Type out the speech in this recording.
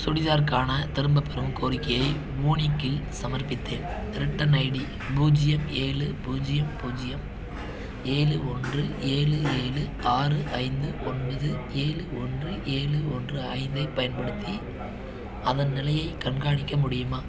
சுடிதார்க்கான திரும்பப்பெறும் கோரிக்கையை வூனிக்கில் சமர்ப்பித்தேன் ரிட்டர்ன் ஐடி பூஜ்ஜியம் ஏழு பூஜ்ஜியம் பூஜ்ஜியம் ஏழு ஒன்று ஏழு ஏழு ஆறு ஐந்து ஒன்பது ஏழு ஒன்று ஏழு ஒன்று ஐந்தைப் பயன்படுத்தி அதன் நிலையைக் கண்காணிக்க முடியுமா